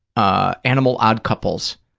ah animal odd couples,